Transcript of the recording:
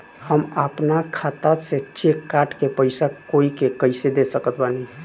हम अपना खाता से चेक काट के पैसा कोई के कैसे दे सकत बानी?